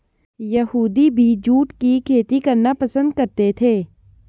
यहूदी भी जूट की खेती करना पसंद करते थे